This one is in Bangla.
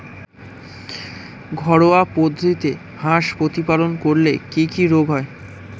ঘরোয়া পদ্ধতিতে হাঁস প্রতিপালন করলে কি কি রোগ হয়?